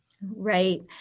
Right